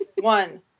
One